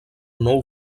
nou